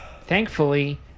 Thankfully